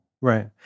Right